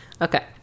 Okay